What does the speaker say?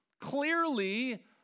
Clearly